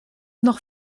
noch